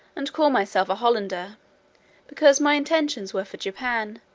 and call myself a hollander because my intentions were for japan,